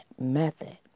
method